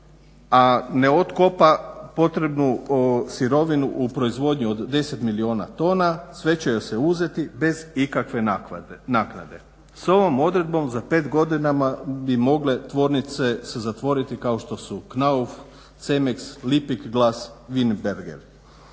ne otkopa potrebnu sirovinu u proizvodnji od 10 milijuna tona sve će joj se uzeti bez ikakve nakade. S ovom odredbom za 5 godina bi se mogle zatvoriti kao što su Knauf, Cemeks, Lipik Glas, Weinberger